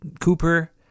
Cooper